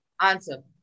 Answer